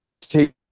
take